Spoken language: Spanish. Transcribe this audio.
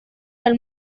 del